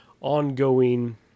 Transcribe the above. ongoing